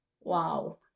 Wow